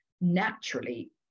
naturally